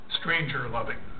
stranger-loving